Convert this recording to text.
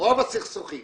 רוב הסכסוכים